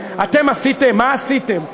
בפיגועים,